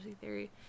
theory